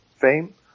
fame